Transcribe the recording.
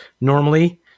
normally